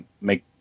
make